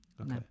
Okay